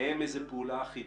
פעולה אחידה.